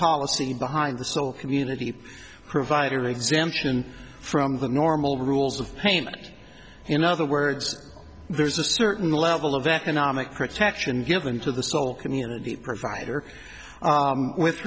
policy behind the sole community provider exemption from the normal rules of payment in other words there's a certain level of economic protection given to the sole community provider with